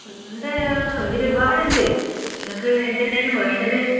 ഇവിടെ ഇവിടെ ഒരുപാട് ഉണ്ട് നിങ്ങൾക്ക് എന്തെല്ലാം ആണ് വേണ്ടത്